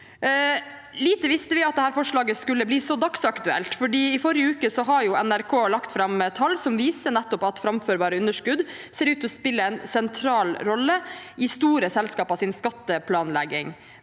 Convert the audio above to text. Lite visste vi at dette forslaget skulle bli så dagsaktuelt, for i forrige uke la NRK fram tall som viser at framførbare underskudd ser ut til å spille en sentral rolle i store selskapers skatteplanlegging.